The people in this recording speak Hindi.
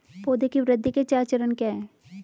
पौधे की वृद्धि के चार चरण क्या हैं?